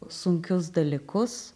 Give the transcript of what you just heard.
sunkius dalykus